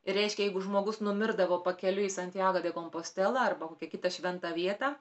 ir reiškia jeigu žmogus numirdavo pakeliui į santjago de kompastelą arba kokią kitą šventą vietą